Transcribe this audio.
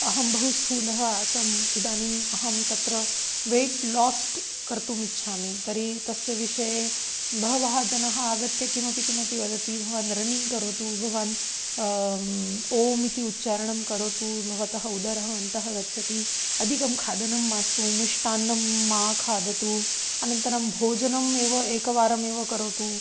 अहं बहु स्थूलः आसम् इदानीम् अहं तत्र वेय्ट् लास्ट् कर्तुम् इच्छामि तर्हि तस्य विषये बहवः जनाः आगत्य किमपि किमपि वदन्ति भवान् रनिङ्ग् करोतु भवान् ओम् इति उच्चारणं करोतु भवतः उदरम् अन्तः गच्छति अधिकं खादनं मास्तु मिष्टान्नं मा खादतु अनन्तरं भोजनम् एव एकवारमेव करोतु